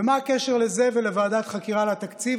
ומה הקשר בין זה לבין ועדת חקירה על התקציב?